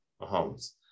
Mahomes